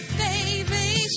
baby